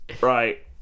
right